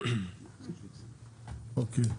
אוקיי.